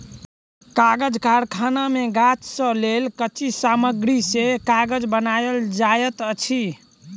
कागज़ कारखाना मे गाछ से लेल कच्ची सामग्री से कागज़ बनायल जाइत अछि